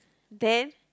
then